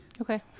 Okay